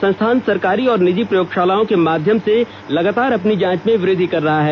संस्थान सरकारी और निजी प्रयोगशालाओं के माध्यम से लगातार अपनी जांच में वृद्धि कर रहा है